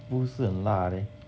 不是很辣 leh